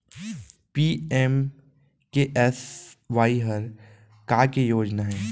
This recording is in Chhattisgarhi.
पी.एम.के.एस.वाई हर का के योजना हे?